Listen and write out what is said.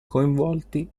coinvolti